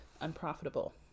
unprofitable